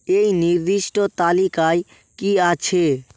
এই নির্দিষ্ট তালিকায় কী আছে